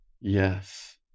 Yes